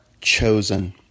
chosen